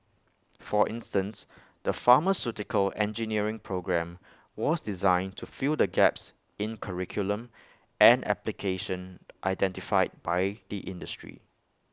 for instance the pharmaceutical engineering programme was designed to fill the gaps in curriculum and application identified by the industry